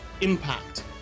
Impact